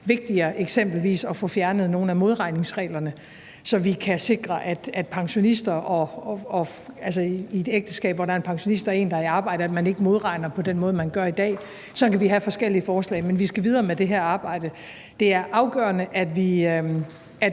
vigtigere, eksempelvis at få fjernet nogle af modregningsreglerne, så vi kan sikre, at man ikke modregner i en pensionists indkomst – altså i et ægteskab, hvor der er en pensionist og en, der er i arbejde – på den måde, som man gør i dag. Sådan kan vi have forskellige forslag. Men vi skal videre med det her arbejde. Det er afgørende, at selv